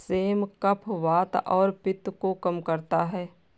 same कफ, वात और पित्त को कम करता है